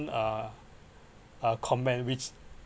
uh uh comment which